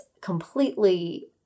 completely